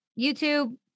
YouTube